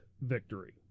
victory